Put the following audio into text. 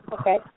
Okay